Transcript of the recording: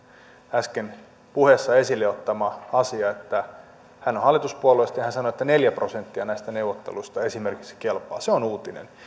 äsken puheessaan esille ottama asia hän on hallituspuolueesta ja hän sanoi että esimerkiksi neljä prosenttia näistä neuvotteluista kelpaa se on uutinen